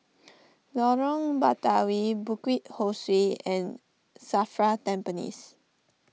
Lorong Batawi Bukit Ho Swee and Safra Tampines